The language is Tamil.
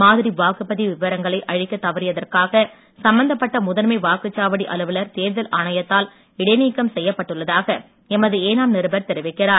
மாதிரி வாக்குப்பதிவு விவரங்களை அழிக்கத் தவறியதற்காக சம்பந்தப்பட்ட முதன்மை வாக்குச் சாவடி அலுவலர் தேர்தல் ஆணையத்தால் இடைநீக்கம் செய்யப் பட்டுள்ளதாக எமது ஏனாம் நிருபர் தெரிவிக்கிறார்